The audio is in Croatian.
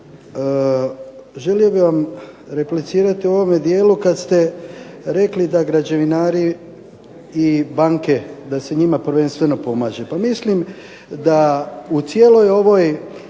želio bi vam replicirati u ovome dijelu kad ste rekli da građevinari i banke da se njima prvenstveno pomaže. Pa mislim da u cijeloj ovoj